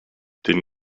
den